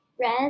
red